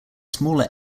smaller